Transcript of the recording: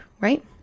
right